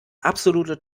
absolute